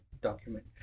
document